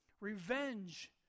Revenge